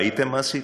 ראיתם מה עשיתי?